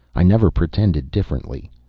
i never pretended differently.